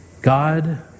God